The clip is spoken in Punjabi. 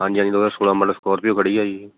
ਹਾਂਜੀ ਹਾਂਜੀ ਦੋ ਹਜ਼ਾਰ ਸੋਲ੍ਹਾਂ ਮੋਡਲ ਸਕਾਰਪੀਓ ਖੜ੍ਹੀ ਹੈ ਜੀ